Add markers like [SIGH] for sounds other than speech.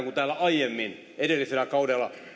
[UNINTELLIGIBLE] kun täällä aiemmin edellisellä kaudella